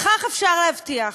את זה אפשר להבטיח: